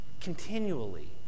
continually